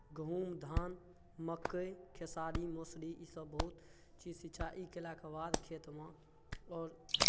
गहूँम धान मक्कइ खेसारी मसुरी ईसभ बहुत चीज सिंचाइ केलाके बाद खेतमे आओर